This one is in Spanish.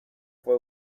fue